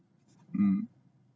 mmhmm